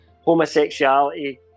homosexuality